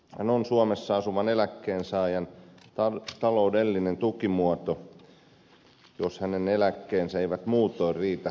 takuueläkehän on suomessa asuvan eläkkeensaajan taloudellinen tukimuoto jos hänen eläkkeensä eivät muutoin riitä kohtuulliseen toimeentuloon